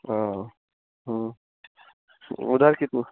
हाँ उधर कितना